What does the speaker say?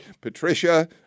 Patricia